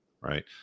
right